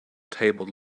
tabled